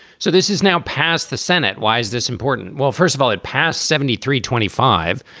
so this is now passed the senate. why is this important? well, first of all, it passed seventy three twenty five,